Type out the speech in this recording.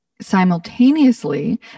simultaneously